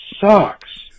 sucks